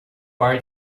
par